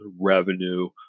revenue